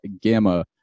gamma